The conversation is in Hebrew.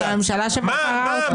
תבוא בטענות לממשלה שבחרה אותו.